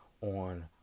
on